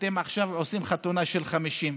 אתם עכשיו עושים חתונה של 50,